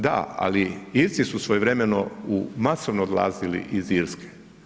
Da, ali Irci su svojevremeno masovno odlazili iz Irske.